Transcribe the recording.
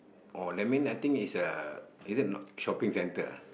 or that mean I think it's a is it not shopping centre